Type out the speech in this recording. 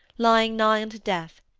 lying nigh unto death,